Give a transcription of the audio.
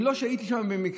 ואם לא הייתי שם במקרה,